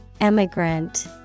Emigrant